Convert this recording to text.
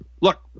look